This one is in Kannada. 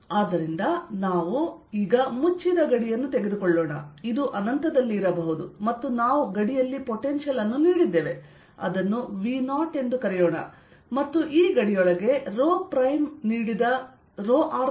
ಆದ್ದರಿಂದ ನಾವು ಮುಚ್ಚಿದ ಗಡಿಯನ್ನು ತೆಗೆದುಕೊಳ್ಳೋಣ ಅದು ಅನಂತದಲ್ಲಿ ಇರಬಹುದು ಮತ್ತು ನಾವು ಗಡಿಯಲ್ಲಿ ಪೊಟೆನ್ಶಿಯಲ್ ಅನ್ನು ನೀಡಿದ್ದೇವೆ ಅದನ್ನು V0 ಎಂದು ಕರೆಯೋಣ ಮತ್ತು ಈ ಗಡಿಯೊಳಗೆ ರೋ r ಪ್ರೈಮ್ ನೀಡಿದ ಸ್ವಲ್ಪ ಚಾರ್ಜ್ ಇರಲಿ